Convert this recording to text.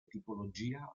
tipologia